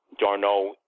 Darno